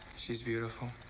she's beautiful.